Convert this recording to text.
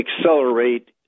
accelerate